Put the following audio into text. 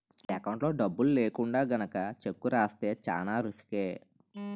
ఎకౌంట్లో డబ్బులు లేకుండా గనక చెక్కు రాస్తే చానా రిసుకే